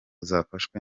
zafashwe